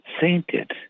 sainted